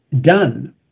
done